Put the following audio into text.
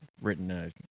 written